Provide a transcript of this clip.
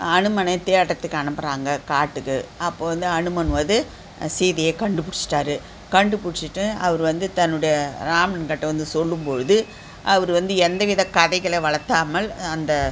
அனுமனை தேடுறத்துக்கு அனுப்புகிறாங்க காட்டுக்கு அப்போ வந்து அனுமன் வந்து சீதையை கண்டுபிடிச்சிட்டாரு கண்டுபிடிச்சிட்டு அவர் வந்து தன்னுடைய ராமன் கிட்டே வந்து சொல்லும்போது அவர் வந்து எந்த வித கதைகளை வளர்த்தாமல் அந்த